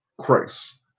Christ